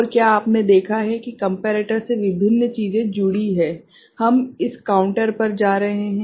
और क्या आपने देखा है कि कम्पेरेटर से विभिन्न चीजें जुड़ी हैं हम इस काउंटर पर जा रहे हैं